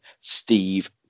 Steve